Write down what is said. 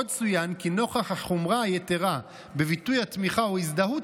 עוד צוין כי נוכח החומרה היתרה בביטוי התמיכה או הזדהות